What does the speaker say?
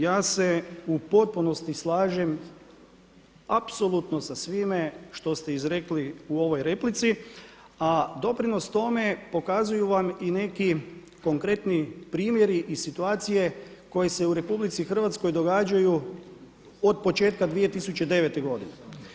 Ja se u potpunosti slažem apsolutno sa svime što ste izrekli u ovoj replici, a doprinos tome pokazuju vam i neki konkretni primjeri i situacije koje se u RH događaju od početka 2009. godine.